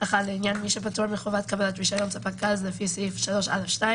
- לעניין מי שפטור מחובת קבלת רישיון ספק גז לפי סעיף 3(א)(2)